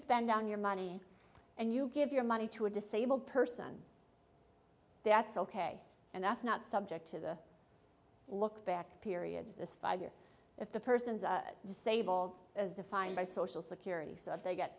spend on your money and you give your money to a disabled person that's ok and that's not subject to the look back period of this five years if the person is disabled as defined by social security so if they g